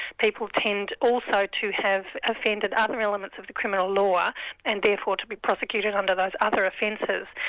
people tend also to have offended other elements of the criminal law and therefore to be prosecuted under those other offences.